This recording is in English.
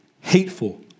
hateful